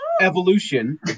Evolution